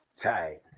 tight